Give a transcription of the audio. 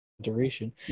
duration